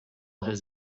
his